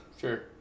Sure